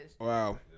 wow